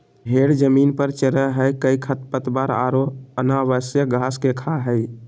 भेड़ जमीन पर चरैय हइ कई खरपतवार औरो अनावश्यक घास के खा हइ